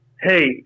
hey